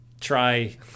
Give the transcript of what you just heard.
try